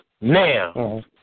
now